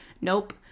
Nope